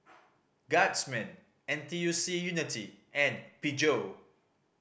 Guardsman N T U C Unity and Peugeot